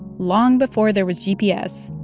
long before there was gps,